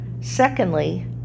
Secondly